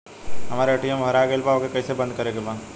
हमरा ए.टी.एम वा हेरा गइल ओ के के कैसे बंद करे के बा?